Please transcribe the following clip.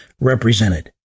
represented